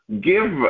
give